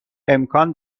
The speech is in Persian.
امکان